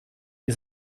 die